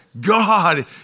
God